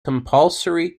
compulsory